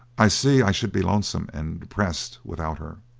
i see i should be lonesome and depressed without her,